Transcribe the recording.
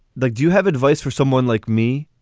like, do you have advice for someone like me?